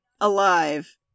alive